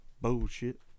Bullshit